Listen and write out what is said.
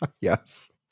Yes